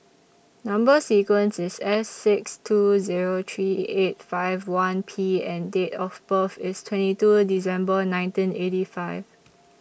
Number sequence IS S six two Zero three eight five one P and Date of birth IS twenty two December nineteen eighty five